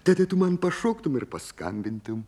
tai tai tu man pašoktum ir paskambintum